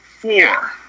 Four